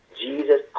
Jesus